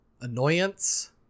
annoyance